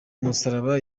musaraba